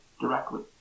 directly